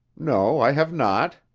no, i have not.